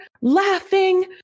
laughing